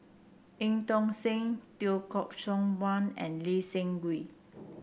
Eu Tong Sen Teo Koh Sock Miang and Lee Seng Wee